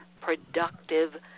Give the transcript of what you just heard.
productive